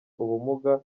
ubumuga